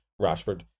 Rashford